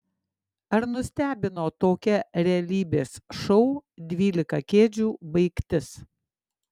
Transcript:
ar nustebino tokia realybės šou dvylika kėdžių baigtis